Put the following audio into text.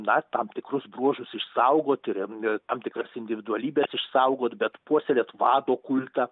na tam tikrus bruožus išsaugot ir em tam tikras individualybes išsaugot bet puoselėt vado kultą